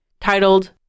titled